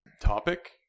topic